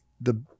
the-